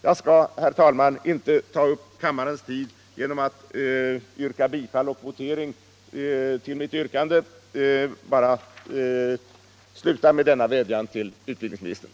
Jag skall, herr talman, inte ta upp kammarens tid genom att yrka bifall till min motion utan slutar med denna vädjan till utbildningsministern.